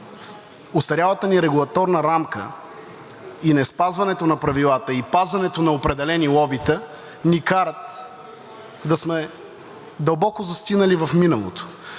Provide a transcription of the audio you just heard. остарялата ни регулаторна рамка и неспазването на правилата и пазенето на определени лобита ни карат да сме дълбоко застинали в миналото.